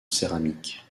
céramique